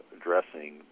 addressing